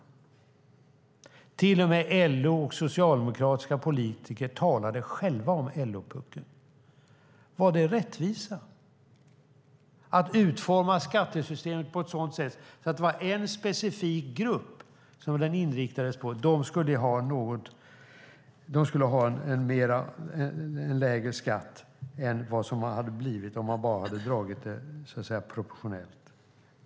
Till och med LO och socialdemokratiska politiker talade själva om LO-puckeln. Var det rättvisa att utforma skattesystemet på ett sådant sätt att en specifik grupp skulle ha en lägre skatt än vad den hade blivit om den hade varit proportionell?